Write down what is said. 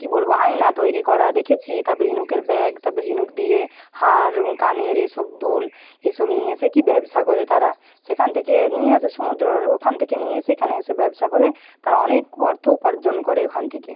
কী বলবো আয়না তৈরি করা দেখেছি তারপরে ঝিনুকের ব্যাগ তারপরে ঝিনুক দিয়ে হার কানের এসব দুল এসব নিয়ে এসে কী ব্যবসা করে তারা সেখান থেকে নিয়ে আসে সমুদ্রর ওখান থেকে নিয়ে এসে এখানে এসে ব্যবসা করে তারা অনেক অর্থ উপার্জন করে ওখান থেকে